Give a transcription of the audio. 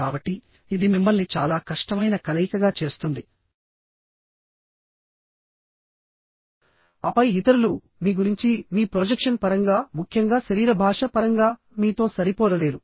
కాబట్టి ఇది మిమ్మల్ని చాలా కష్టమైన కలయికగా చేస్తుందిఆపై ఇతరులు మీ గురించి మీ ప్రొజెక్షన్ పరంగా ముఖ్యంగా శరీర భాష పరంగా మీతో సరిపోలలేరు